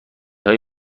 های